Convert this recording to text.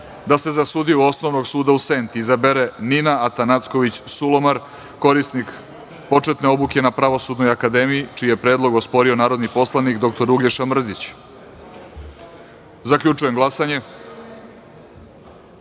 da se za sudiju Osnovnog suda u Senti izabere Nina Atanacković Sulomar, korisnik početne obuke na Pravosudnoj akademiji, čiji je predlog osporio narodni poslanik dr Uglješa Mrdić. Zaključujem glasanje: